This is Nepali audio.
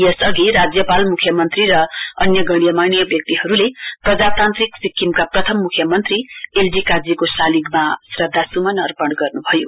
यसअघि राज्यपाल मुख्यमन्त्री र अन्य गन्यमान्य व्यक्तिहरुले प्रजातान्त्रिक सिक्किमका प्रथम मुख्यमन्त्री एल डी काजीको सालिगमा श्रद्धासुमन अर्पन गर्नुभयो